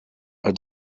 are